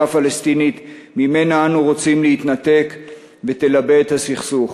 פלסטינית שממנה אנו רוצים להתנתק ותלבה את הסכסוך.